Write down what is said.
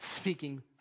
speaking